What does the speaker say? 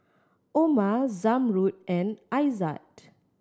Omar Zamrud and Aizat